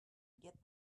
get